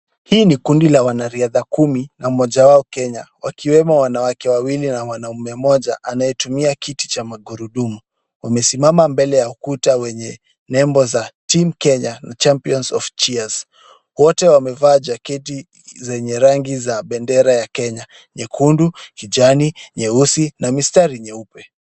Hii ni kundi la wanariadha kumi na mmoja wao Kenya wakiwemo wanawake wawili na mwanaume mmoja, anayetumia kiti cha magurudumu. Wamesimama mbele ya ukuta wenye nembo za Team Kenya Champions of Cheers. Wote wamevaa jaketi zenye rangi za bendera ya Kenya nyekundu, kijani, nyeusi na mistari mieupe.